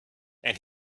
and